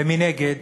ומנגד,